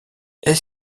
est